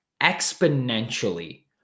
exponentially